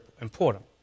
important